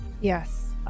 Yes